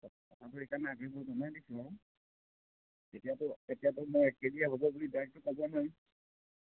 অঁ কথাটো সেইকাৰণে আগতিয়াকৈ জনাই দিছোঁ আৰু তেতিয়াতো এতিয়া ধৰি লওক মই এক কে জিয়ে হ'ব বুলিতো ডাইৰেক্ট ক'ব নোৱাৰিম